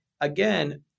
Again